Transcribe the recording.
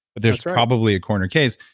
there's probably a corner case.